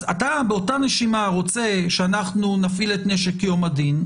אז אתה באותה נשימה רוצה שאנחנו נפעיל את נשק יום הדין,